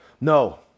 No